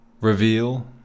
reveal